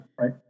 right